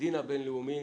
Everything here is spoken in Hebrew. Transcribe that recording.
הדין הבינלאומי,